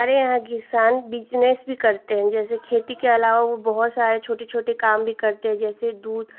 हमारे यहाँ किसान बिज़नेस भी करते हैं जैसे खेती के अलावा बहुत सारे छोटे छोटे काम भी करते हैं जैसे दूध